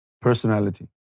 personality